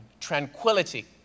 tranquility